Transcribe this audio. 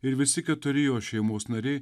ir visi keturi jo šeimos nariai